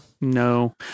No